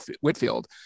Whitfield